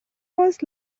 was